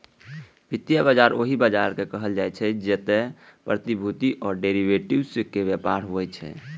वित्तीय बाजार ओहि बाजार कें कहल जाइ छै, जतय प्रतिभूति आ डिरेवेटिव्स के व्यापार होइ छै